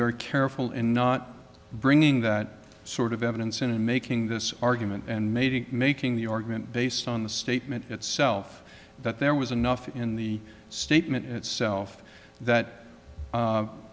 very careful in not bringing that sort of evidence in and making this argument and maybe making the argument based on the statement itself that there was enough in the statement itself that